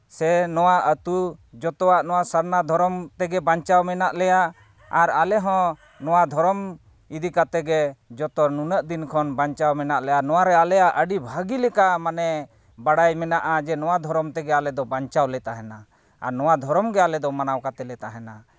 ᱥᱮ ᱱᱚᱣᱟ ᱟᱹᱛᱩ ᱡᱚᱛᱚᱣᱟᱜ ᱱᱚᱣᱟ ᱥᱟᱨᱱᱟ ᱫᱷᱚᱨᱚᱢ ᱛᱮᱜᱮ ᱵᱟᱧᱪᱟᱣ ᱢᱮᱱᱟᱜ ᱞᱮᱭᱟ ᱟᱨ ᱟᱞᱮ ᱦᱚᱸ ᱱᱚᱣᱟ ᱫᱷᱚᱨᱚᱢ ᱤᱫᱤ ᱠᱟᱛᱮᱫ ᱜᱮ ᱡᱚᱛᱚ ᱱᱩᱱᱟᱹᱜ ᱫᱤᱱ ᱠᱷᱚᱱ ᱵᱟᱧᱪᱟᱣ ᱢᱮᱱᱟᱜ ᱞᱮᱭᱟ ᱱᱚᱣᱟᱨᱮ ᱟᱞᱮᱭᱟᱜ ᱟᱹᱰᱤ ᱵᱷᱟᱹᱜᱤ ᱞᱮᱠᱟ ᱢᱟᱱᱮ ᱵᱟᱲᱟᱭ ᱢᱮᱱᱟᱜᱼᱟ ᱡᱮ ᱱᱚᱣᱟ ᱫᱷᱚᱨᱚᱢ ᱛᱮᱜᱮ ᱟᱞᱮᱫᱚ ᱵᱟᱧᱪᱟᱣ ᱞᱮ ᱛᱟᱦᱮᱱᱟ ᱟᱨ ᱱᱚᱣᱟ ᱫᱷᱚᱨᱚᱢ ᱜᱮ ᱟᱞᱮ ᱫᱚ ᱢᱟᱱᱟᱣ ᱠᱟᱛᱮᱫ ᱞᱮ ᱛᱟᱦᱮᱱᱟ